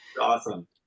Awesome